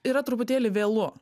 yra truputėlį vėlu